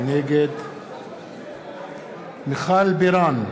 נגד מיכל בירן,